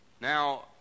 Now